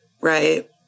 Right